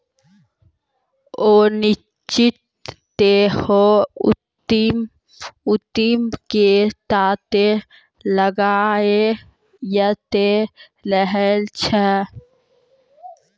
अनिश्चितता सेहो उद्यमिता के साथे लागले अयतें रहै छै